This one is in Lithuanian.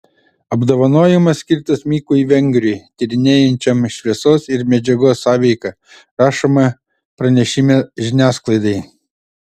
apdovanojimas skirtas mikui vengriui tyrinėjančiam šviesos ir medžiagos sąveiką rašoma pranešime žiniasklaidai